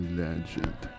legend